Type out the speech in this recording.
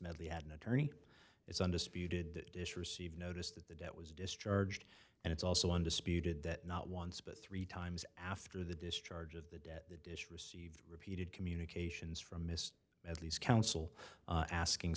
medley had an attorney its undisputed received notice that the debt was discharged and it's also undisputed that not once but three times after the discharge of the debt that dish received repeated communications from mr at least counsel asking